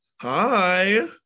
Hi